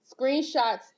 screenshots